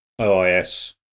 OIS